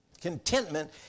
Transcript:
Contentment